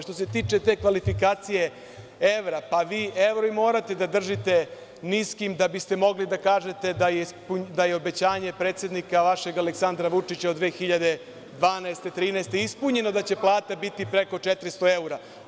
Što se tiče te kvalifikacije evra, pa, vi evro morate da držite niskim da biste mogli da kažete da je obećanje vašeg predsednika Aleksandra Vučića od 2012. godine, 2013. godine ispunjeno, da će plate biti preko 400 evra.